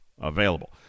available